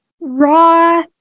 raw